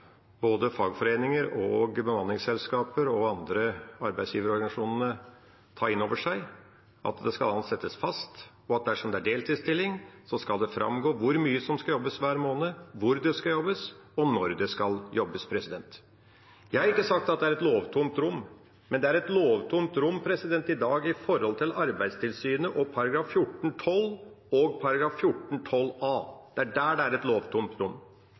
både fagforeninger, bemanningsselskaper, arbeidsgiverorganisasjoner og andre ta inn over seg – at det skal ansettes fast, og at dersom det er deltidsstilling, skal det framgå hvor mye som skal jobbes hver måned, hvor det skal jobbes, og når det skal jobbes. Jeg har ikke sagt at det er «et lovtomt rom», men det er «et lovtomt rom» i dag når det gjelder Arbeidstilsynet og § 14-12 og § 14-12 a. Det er der det er